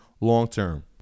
long-term